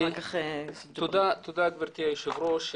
תודה גברתי היושבת ראש.